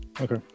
okay